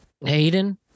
Hayden